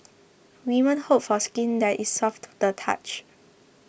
women hope for skin that is soft to the touch